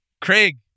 Craig